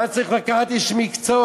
מה צריך לקחת איש מקצוע?